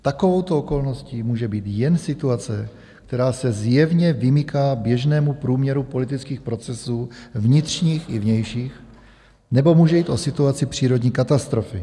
Takovouto okolností může být jen situace, která se zjevně vymyká běžnému průměru politických procesů vnitřních i vnějších, nebo může jít o situaci přírodní katastrofy.